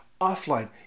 offline